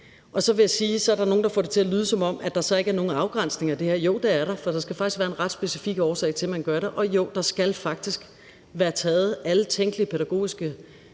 Så er der nogen, der får det til at lyde, som om der så ikke er nogen afgrænsning af det her. Så vil jeg sige: Jo, det er der, for der skal faktisk være en ret specifik årsag til, at man gør det, og jo, der skal faktisk være taget alle tænkelige pædagogiske